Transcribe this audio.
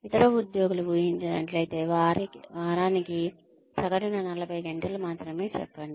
ఇతర ఉద్యోగులు ఊహించినట్లయితే వారానికి సగటున 40 గంటలు మాత్రమే చెప్పండి